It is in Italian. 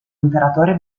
imperatore